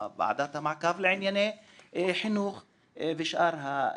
ועדת המעקב לענייני חינוך ושאר הגופים.